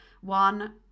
one